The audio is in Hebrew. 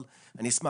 אבל אני אשמח,